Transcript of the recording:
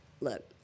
look